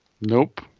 Nope